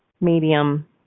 medium